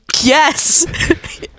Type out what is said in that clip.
Yes